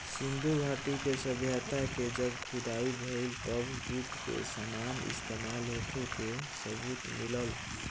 सिंधु घाटी के सभ्यता के जब खुदाई भईल तब जूट के सामान इस्तमाल होखे के सबूत मिलल